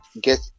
get